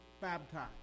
baptized